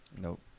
Nope